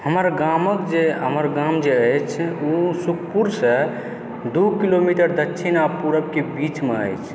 हमर गामक जे हमर गाम जे अछि ओ सुखपुरसँ दू किलोमीटर दक्षिण आओर पूरबके बीचमे अछि